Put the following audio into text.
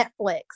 Netflix